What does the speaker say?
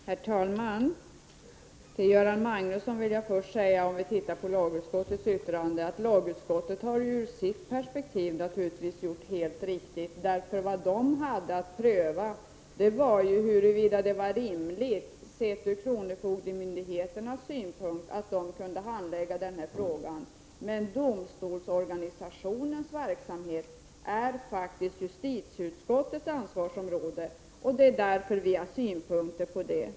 Herr talman! Jag vill först säga följande till Göran Magnusson. Lagutskottet har ur sitt perspektiv naturligtvis gjort helt riktigt. Vad det hade att pröva var huruvida det var rimligt, sett ur kronofogdemyndigheternas synpunkt, att de handlägger dessa ärenden. Men domstolsorganisationens verksamhet utgör justitieutskottets ansvarsområde, och det är därför som vi i utskottet har synpunkter på detta.